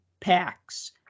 packs